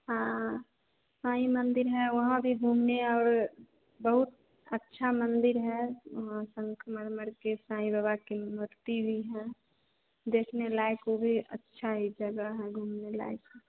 हाँ साईं मंदिर है वहाँ भी घूमने और बहुत अच्छा मंदिर है और संगमरमर के साईं बाबा की मूर्ति है देखने लायक वह भी अच्छा ही जगह है घूमने लायक